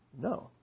No